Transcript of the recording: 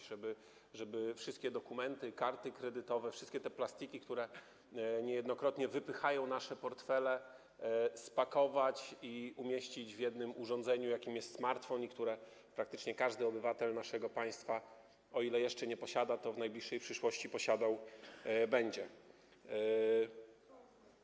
Chodzi o to, żeby wszystkie dokumenty, karty kredytowe, wszystkie te plastiki, które niejednokrotnie wypychają nasze portfele, spakować i umieścić w jednym urządzeniu, jakim jest smartfon, które praktycznie każdy obywatel naszego państwa posiada, a jeżeli jeszcze nie posiada, to w najbliższej przyszłości będzie posiadał.